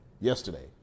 yesterday